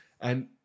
And-